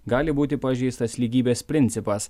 gali būti pažeistas lygybės principas